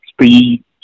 speed